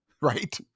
right